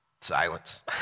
Silence